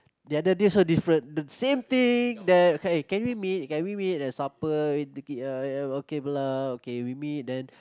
the other day so different the same thing then can we meet can we meet at supper okay blah okay we meet then